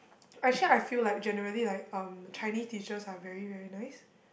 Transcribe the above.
actually I feel like generally like um Chinese teachers are very very nice